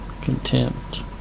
Contempt